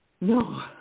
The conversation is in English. No